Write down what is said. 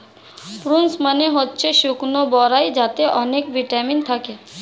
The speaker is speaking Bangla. প্রুনস মানে হচ্ছে শুকনো বরাই যাতে অনেক ভিটামিন থাকে